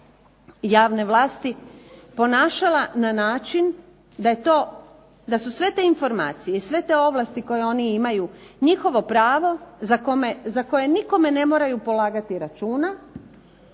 javne vlasti ponašala na način da je to da su sve te informacije i ovlasti koje oni imaju njihovo pravo za koje nikome moraju polagati računa